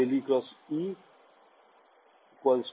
ছাত্র ছাত্রীঃ সময় ০১৫৭